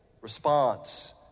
response